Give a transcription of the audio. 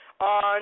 on